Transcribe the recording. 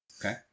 Okay